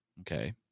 Okay